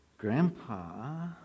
Grandpa